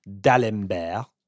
d'Alembert